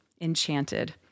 enchanted